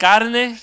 Carne